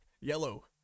Yellow